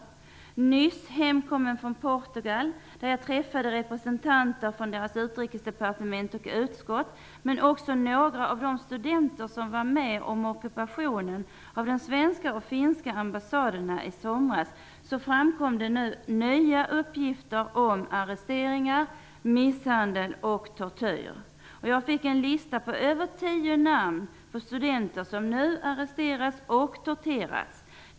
Jag har nyss kommit hem från Portugal, där jag träffade representanter från deras utrikesdepartement och utrikesutskott, men också några av de studenter som var med om ockupationen av de svenska och finska ambassaderna i somras. Det framkom nya uppgifter om arresteringar, misshandel och tortyr. Jag fick en lista på över tio namn på studenter, som nu arresterats och torterats.